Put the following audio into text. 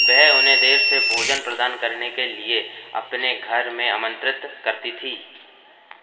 वह उन्हें देर से भोजन प्रदान करने के लिए अपने घर भी आमन्त्रित करती थी